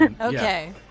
Okay